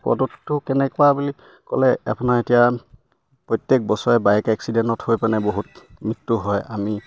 বিপদটো কেনেকুৱা বুলি ক'লে আপোনাৰ এতিয়া প্ৰত্যেক বছৰে বাইক এক্সিডেণ্টত হৈ বহুতৰ মৃত্যু হয় আমি